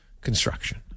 Construction